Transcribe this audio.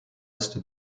est